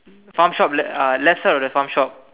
farm shop left uh left side of the farm shop